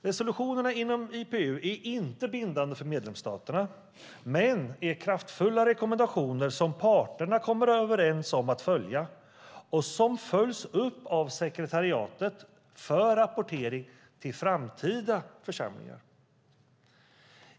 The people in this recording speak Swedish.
Resolutionerna inom IPU är inte bindande för medlemsstaterna men är kraftfulla rekommendationer som parterna kommer överens om att följa och som följs upp av sekretariatet för rapportering till framtida församlingar.